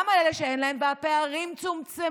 גם על אלה שאין להם, והפערים צומצמו.